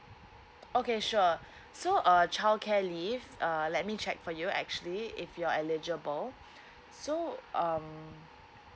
okay sure so uh childcare leave err let me check for you actually if you're eligible so um